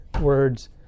words